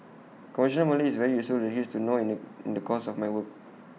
conversational Malay is A very useful language to know in the in the course of my work